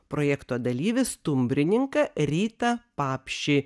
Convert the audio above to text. projekto dalyvį stumbrininką rytą papšį